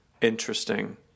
Interesting